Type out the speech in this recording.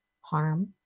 harm